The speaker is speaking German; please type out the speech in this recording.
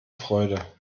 freude